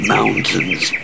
Mountains